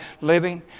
living